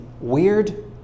weird